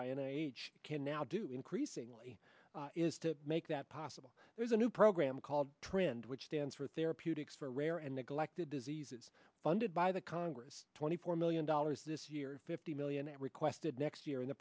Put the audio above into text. h can now do increasingly is to make that possible there's a new program called trend which stands for therapeutics for rare and neglected diseases funded by the congress twenty four million dollars this year fifty million it requested next year in the